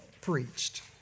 preached